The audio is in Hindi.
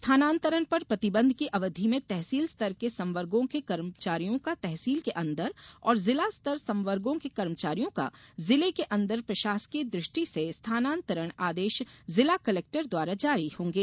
स्थानान्तरण पर प्रतिबंध की अवधि में तहसील स्तर के संवर्गों के कर्मचारियों का तहसील के अन्दर और जिला स्तर संवर्गों के कर्मचारियों का जिले के अन्दर प्रशासकीय दृष्टि से स्थानान्तरण आदेश जिला कलेक्टर द्वारा जारी होंगे